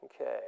Okay